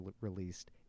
released